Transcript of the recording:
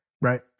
right